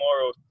tomorrow